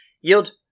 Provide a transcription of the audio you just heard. Yield